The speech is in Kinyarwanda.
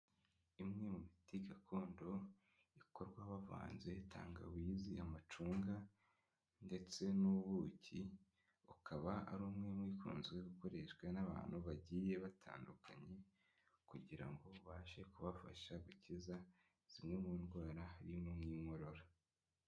Imwe mu miti gakondo, ikorwa bavanze tangawizi, amacunga ndetse n'ubuki, ukaba ari umwe mu ikunzwe gukoreshwa n'abantu bagiye batandukanye kugira ngo ubashe kubafasha gukiza zimwe mu ndwara harimo nk'inkorora.